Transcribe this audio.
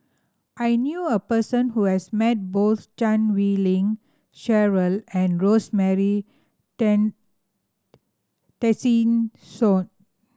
I knew a person who has met both Chan Wei Ling Cheryl and Rosemary Tessensohn